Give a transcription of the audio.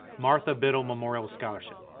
martha biddle memorial scholarship.